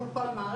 מול כל המערכת.